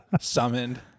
summoned